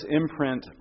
imprint